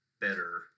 better